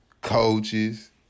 coaches